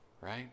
right